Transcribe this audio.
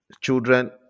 children